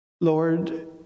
Lord